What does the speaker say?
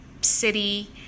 city